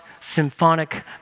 symphonic